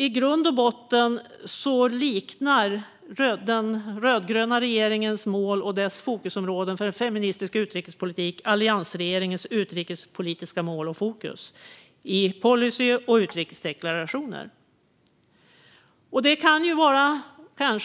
I grund och botten liknar den rödgröna regeringens mål och fokusområden för en feministisk utrikespolitik alliansregeringens utrikespolitiska mål och fokus i policyer och utrikesdeklarationer. Det kanske